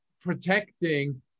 protecting